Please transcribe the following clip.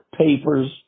papers